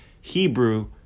Hebrew